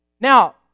Now